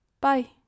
Bye